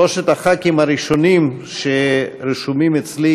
שלושת חברי הכנסת הראשונים שרשומים אצלי